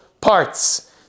parts